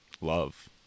love